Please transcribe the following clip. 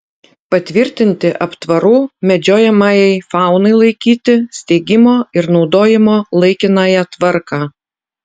patvirtinti aptvarų medžiojamajai faunai laikyti steigimo ir naudojimo laikinąją tvarką